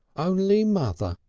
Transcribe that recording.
only mother,